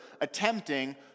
attempting